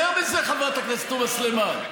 יותר מזה, חברת הכנסת תומא סלימאן.